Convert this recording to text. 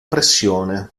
pressione